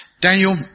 Daniel